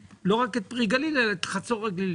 לא רק את פרי גליל אלא גם את חצור הגלילית.